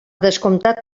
descomptat